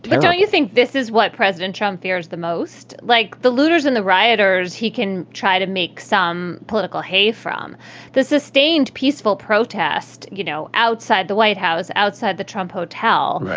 but so you think this is what president trump fears the most, like the looters and the rioters? he can try to make some political hay from the sustained peaceful protest, you know, outside the white house, outside the trump hotel